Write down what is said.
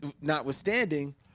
notwithstanding